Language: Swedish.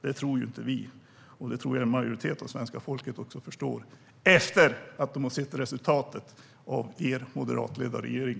Det tror inte vi, och det tror jag att en majoritet av svenska folket förstår efter att de har sett resultatet av er moderatledda regering.